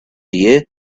you